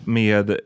med